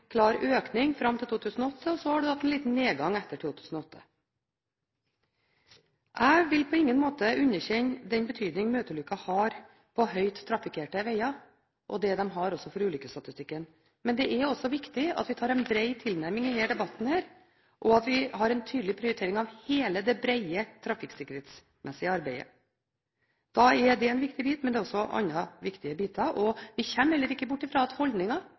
klar økning fram til 2008, og så har man hatt en liten nedgang etter 2008. Jeg vil på ingen måte underkjenne den betydning møteulykker har med tanke på høyt trafikkerte veger og for ulykkesstatistikken, men det er viktig at vi har en bred tilnærming i denne debatten, og at vi har en tydelig prioritering av helheten og bredden i arbeidet med trafikksikkerheten. Det er en viktig bit, men det er også andre viktige biter. Vi kommer heller ikke bort fra at